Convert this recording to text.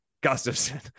Gustafson